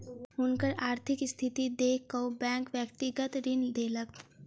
हुनकर आर्थिक स्थिति देख कअ बैंक व्यक्तिगत ऋण देलक